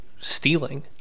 stealing